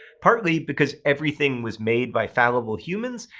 partly because everything was made by fallible humans,